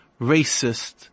racist